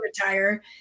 retire